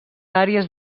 àrees